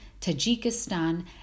Tajikistan